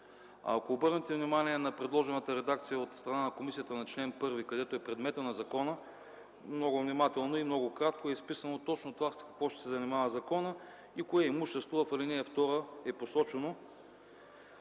Ако обърнете внимание на предложената редакция от страна на комисията на чл. 1, където е предметът на закона, много внимателно и много кратко е изписано точно с какво ще се занимава законът и кое имущество в ал. 2 е посочено,